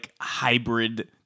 hybrid